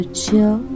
chill